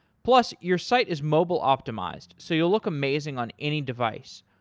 plus, your site is mobile optimized, so you'll look amazing on any device.